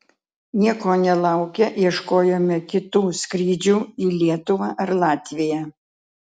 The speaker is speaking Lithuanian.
nieko nelaukę ieškojome kitų skrydžių į lietuvą ar latviją